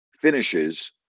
finishes